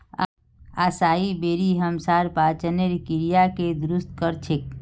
असाई बेरी हमसार पाचनेर क्रियाके दुरुस्त कर छेक